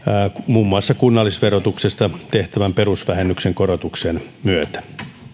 muun muassa kunnallisverotuksesta tehtävän perusvähennyksen korotuksen myötä